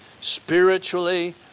spiritually